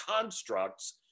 constructs